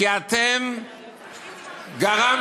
כי אתם גרמתם,